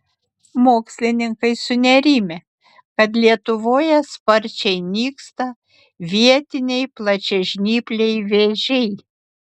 mokslininkai sunerimę kad lietuvoje sparčiai nyksta vietiniai plačiažnypliai vėžiai